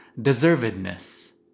deservedness